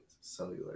cellular